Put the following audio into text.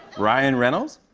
ryan reynolds?